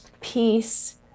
peace